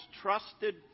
trusted